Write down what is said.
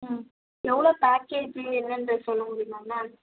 ம் எவ்வளோ பேக்கேஜி என்னன்றது சொல்ல முடியுமா மேம்